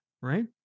right